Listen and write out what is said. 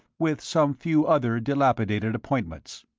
with some few other dilapidated appointments.